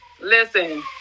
Listen